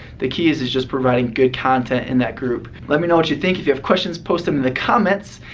the key is is just providing good content in that group. let me know what you think. if you have questions, post them in the comments.